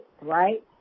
Right